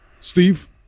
Steve